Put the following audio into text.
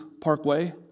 Parkway